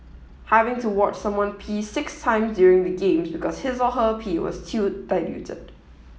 having to watch someone pee six times during the Games because his or her pee was too diluted